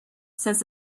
since